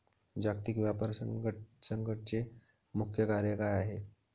जागतिक व्यापार संघटचे मुख्य कार्य काय आहे?